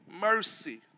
mercy